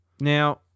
Now